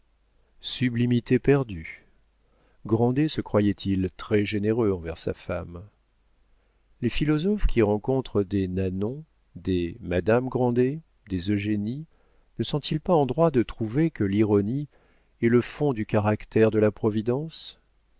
sublimité perdue grandet se croyait très généreux envers sa femme les philosophes qui rencontrent des nanon des madame grandet des eugénie ne sont-ils pas en droit de trouver que l'ironie est le fond du caractère de la providence